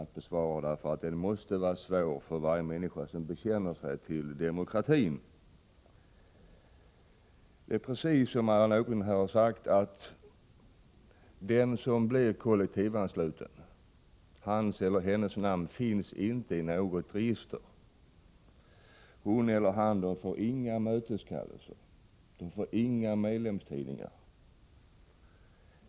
Den här frågan måste ju vara svår för varje människa som bekänner sig till demokratin. Det är precis som Allan Åkerlind här har sagt, nämligen att namnet på den som blir kollektivansluten inte finns i något register. Hon eller han får inga möteskallelser eller medlemstidningar.